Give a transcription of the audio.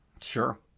Sure